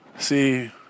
See